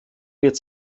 wird